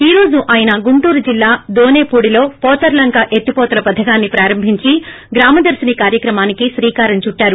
ఈ రోజు ఆయన గుంటూరు జిల్లా దోనేపూడిలో పోతర్లంక ఎత్తిపోతల పథకాన్ని ప్రారంభించి గ్రామదర్పిని కార్యక్రమానికి శ్రీకారం చుట్లారు